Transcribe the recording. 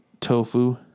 tofu